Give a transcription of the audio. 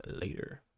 later